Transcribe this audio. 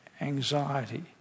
anxiety